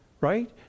Right